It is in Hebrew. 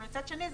אבל מצד שני,